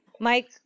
Mike